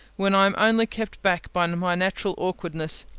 when i am only kept back by my natural awkwardness.